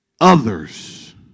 others